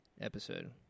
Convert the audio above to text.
episode